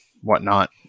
whatnot